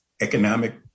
economic